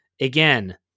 again